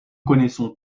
connaissons